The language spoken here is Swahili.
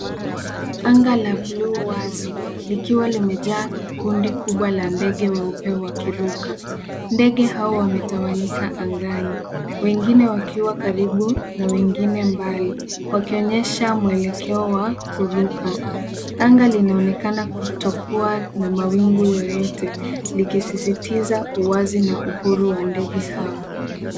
Anga la buluu wazi likiwa limejaa kundi kubwa la ndege weupe wakiruka. Ndege hawa wametawanyika angani, wengine wakiwa karibu, na wengine mbali, wakionyesha mwelekeo wa kuruka. Anga linaonekana kutokuwa na mawingu yoyote likisisitiza uwazi na uhuru wa ndege hao.